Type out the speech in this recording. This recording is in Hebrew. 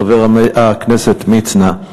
חבר הכנסת מצנע,